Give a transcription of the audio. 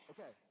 Okay